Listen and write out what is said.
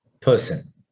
person